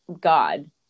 God